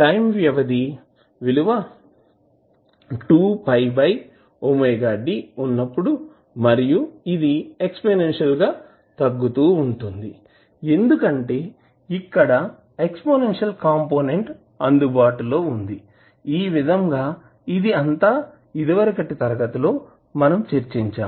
time వ్యవధి పీరియడ్periodt విలువ 2𝝥⍵d ఉన్నప్పుడు మరియు ఇది ఎక్స్పోనెన్షియల్ గా తగ్గుతూ ఉంటుంది ఎందుకంటే ఇక్కడ ఎక్స్పోనెన్షియల్ కంపోనెంట్ అందుబాటు లో వుంది ఈ విధంగా ఇది అంతా ఇదివరకటి తరగతి లో చర్చించాము